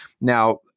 Now